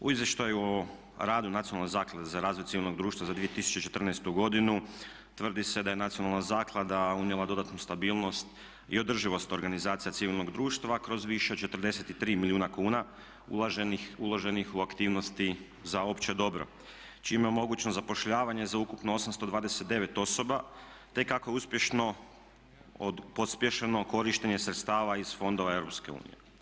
U Izvještaju o radu Nacionalne zaklade za razvoj civilnog društva za 2014. godinu tvrdi se da je Nacionalna zaklada unijela dodatnu stabilnost i održivost organizacija civilnog društva kroz više od 43 milijuna kuna uloženih u aktivnosti za opće dobro čime je omogućeno zapošljavanje za ukupno 829 osoba, te kako je uspješno pospješeno korištenje sredstava iz fondova EU.